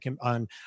on